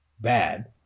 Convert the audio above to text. bad